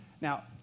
Now